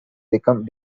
became